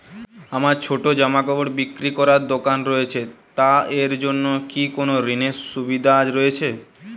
আমার ছোটো জামাকাপড় বিক্রি করার দোকান রয়েছে তা এর জন্য কি কোনো ঋণের সুবিধে রয়েছে?